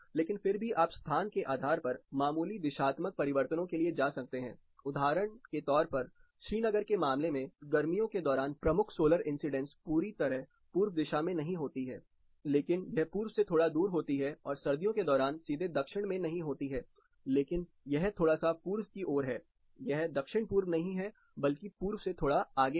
लेकिन फिर भी आप स्थान के आधार पर मामूली दिशात्मक परिवर्तनों के लिए जा सकते हैं उदाहरण के तौर पर श्रीनगर के मामले में गर्मियों के दौरान प्रमुख सोलर इंसीडेंस पूरी तरह पूर्व दिशा में नहीं होती है लेकिन यह पूर्व से थोड़ा दूर होती है और सर्दियों के दौरान सीधे दक्षिण में नहीं होती है लेकिन यह थोड़ा सा पूर्व की ओर है यह दक्षिण पूर्व नहीं है बल्कि पूर्व से थोड़ा आगे है